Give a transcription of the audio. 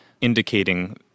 indicating